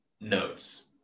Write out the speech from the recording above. notes